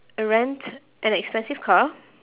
uh rent an expensive car